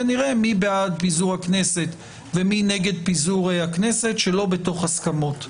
ונראה מי בעד פיזור הכנסת ומי נגד פיזור הכנסת שלא בתוך הסכמות.